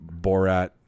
Borat